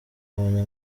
abonye